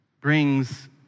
brings